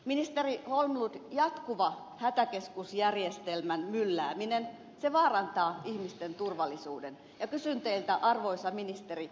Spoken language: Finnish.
ministeri holmlund jatkuva hätäkeskusjärjestelmän myllääminen vaarantaa ihmisten turvallisuuden ja kysyn teiltä arvoisa ministeri